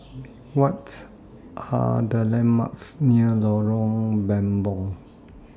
What Are The landmarks near Lorong Mambong